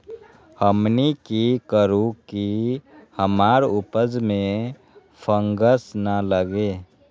हमनी की करू की हमार उपज में फंगस ना लगे?